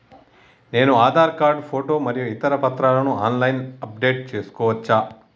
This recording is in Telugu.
నేను ఆధార్ కార్డు ఫోటో మరియు ఇతర పత్రాలను ఆన్ లైన్ అప్ డెట్ చేసుకోవచ్చా?